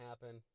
happen